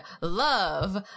love